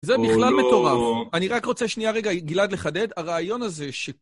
זה בכלל מטורף, אני רק רוצה שנייה רגע גלעד לחדד, הרעיון הזה ש...